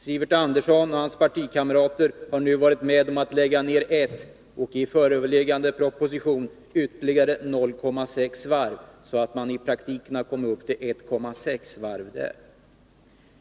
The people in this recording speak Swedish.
Sivert Andersson och hans partikamrater har nu varit med om att lägga ner ett varv och lägger i föreliggande proposition ner ytterligare 0,6 varv. I praktiken har man kommit upp till 1,6 varv.